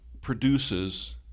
produces